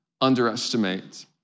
underestimate